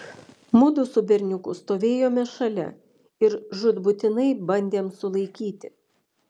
mudu su berniuku stovėjome šalia ir žūtbūtinai bandėm sulaikyti